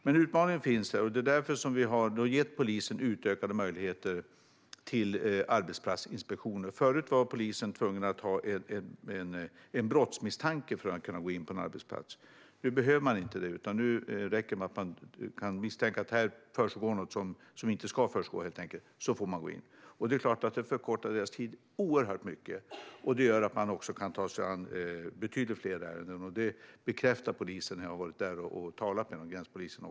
Men utmaningen finns, och det är därför som vi har gett polisen utökade möjligheter att göra arbetsplatsinspektioner. Tidigare var polisen tvungen att ha en brottsmisstanke för att kunna gå in på en arbetsplats. Nu räcker det med att man misstänker att det försiggår något som inte ska försiggå. Det är klart att det förkortar tiden oerhört mycket, och det gör också att man kan ta sig an betydligt fler kontroller, vilket man också bekräftar när jag har talat med gränspolisen.